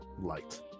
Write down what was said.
light